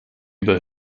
über